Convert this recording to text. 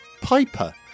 piper